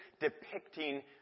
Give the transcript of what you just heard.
depicting